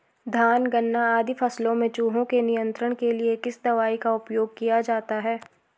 धान गन्ना आदि फसलों में चूहों के नियंत्रण के लिए किस दवाई का उपयोग किया जाता है?